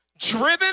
driven